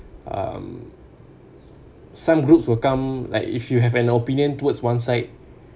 um some groups will come like if you have an opinion towards one side